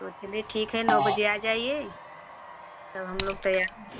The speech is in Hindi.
तो चलिए ठीक है नौ बजे आ जाइए तो हमलोग तैयार